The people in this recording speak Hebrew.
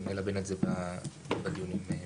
לפני שאני עוברת למשרדי הממשלה,